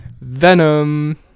Venom